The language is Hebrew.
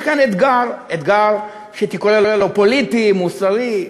יש כאן אתגר, אתגר שהייתי קורא לו פוליטי, מוסרי,